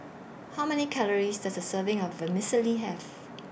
How Many Calories Does A Serving of Vermicelli Have